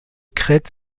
crête